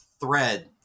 thread